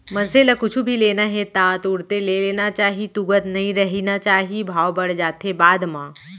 मनसे ल कुछु भी लेना हे ता तुरते ले लेना चाही तुगत नइ रहिना चाही भाव बड़ जाथे बाद म